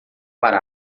para